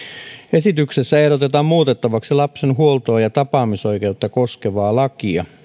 esityksessä ehdotetaan muutettavaksi lapsen huoltoa ja tapaamisoikeutta koskevaa lakia